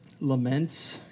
laments